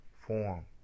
form